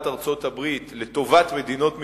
ארצות-הברית לטובת מדינות מתפתחות,